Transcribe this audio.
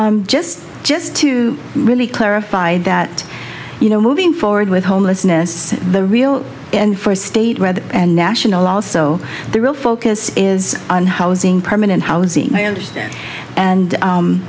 you just just to really clarify that you know moving forward with homelessness the real and for state red and national also the real focus is on housing permanent housing i understand and